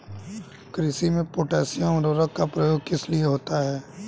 कृषि में पोटैशियम उर्वरक का प्रयोग किस लिए होता है?